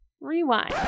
rewind